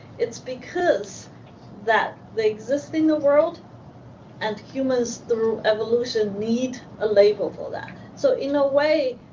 it's because that the existing world and human's through evolution need a label for that. so, in a way,